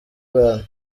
rwanda